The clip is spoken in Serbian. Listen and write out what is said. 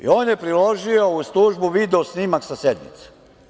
On je priložio uz tužbu video snimak sa sednice.